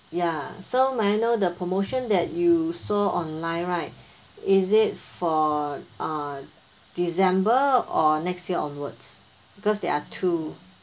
ya so may I know the promotion that you sold online right is it for uh december or next year onwards because there are two